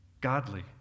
godly